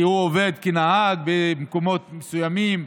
כי הוא עובד כנהג במקומות מסוימים,